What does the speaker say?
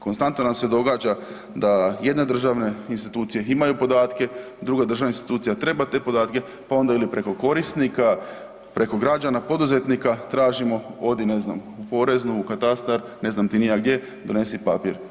Konstantno nam se događa da jedne državne institucije imaju podatke, druga državna institucija treba te podatke, pa onda ili preko korisnika, preko građana, poduzetnika tražimo odi, ne znam, u poreznu, u katastar, ne znam ti ni ja gdje, donesi papir.